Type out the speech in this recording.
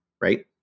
right